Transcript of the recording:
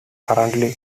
currently